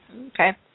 Okay